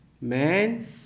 man